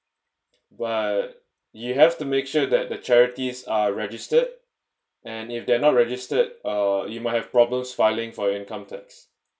but you have to make sure that the charities are registered and if they're not registered uh you might have problems filing for income tax